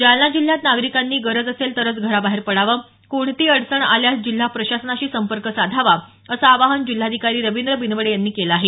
जालना जिल्ह्यात नागरिकांनी गरज असेल तरच बाहेर पडावं कोणतीही अडचण आल्यास जिल्हा प्रशासनाशी संपर्क साधावा असं आवाहन जिल्हाधिकारी रवींद्र बिनवडे यांनी केलं आहे